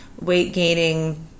weight-gaining